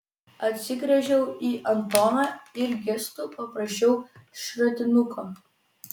atsigręžiau į antoną ir gestu paprašiau šratinuko